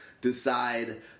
decide